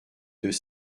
deux